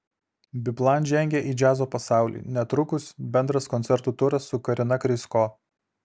biplan žengia į džiazo pasaulį netrukus bendras koncertų turas su karina krysko